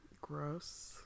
Gross